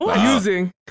Using